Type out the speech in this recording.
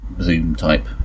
Zoom-type